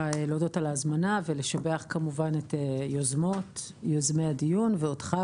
להודות על ההזמנה ולשבח כמובן את יוזמות ויוזמי הדיון ואותך,